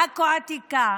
לעכו העתיקה.